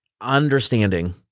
understanding